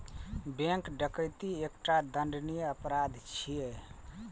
bank डकैती एकटा दंडनीय अपराध छियै